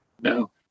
No